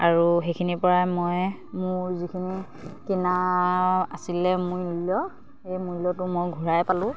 আৰু সেইখিনিৰপৰাই মই মোৰ যিখিনি কিনা আছিলে মোৰ মূল্য সেই মূল্যটো মই ঘূৰাই পালোঁ